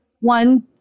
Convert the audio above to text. one